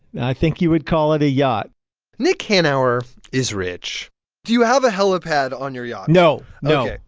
i think you would call it a yacht nick hanauer is rich do you have a helipad on your yacht? no, no,